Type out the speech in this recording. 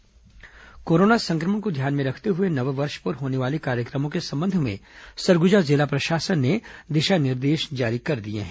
नववर्ष दिशा निर्देश कोरोना संक्रमण को ध्यान में रखते हुए नववर्ष पर होने वाले कार्यक्रमों के संबंध में सरगुजा जिला प्रशासन ने दिशा निर्देश जारी कर दिए हैं